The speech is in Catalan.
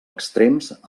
extrems